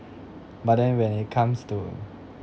but then when it comes to